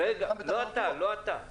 אני לא שואל לגביך.